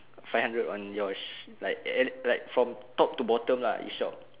five hundred on your sh~ sh~ like ev~ like from top to bottom lah you shop